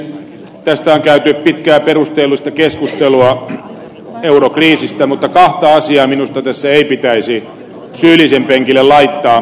tästä eurokriisistä on käyty pitkää perusteellista keskustelua mutta kahta asiaa minusta tässä ei pitäisi syyllisen penkille laittaa